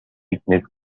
sickness